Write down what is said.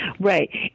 Right